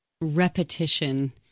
repetition